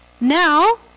Now